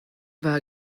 war